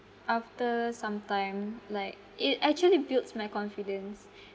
after some time like it actually built my confidence